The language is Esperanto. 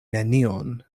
nenion